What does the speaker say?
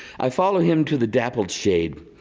i follow him to the dappled shade.